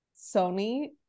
sony